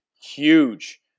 huge